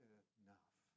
enough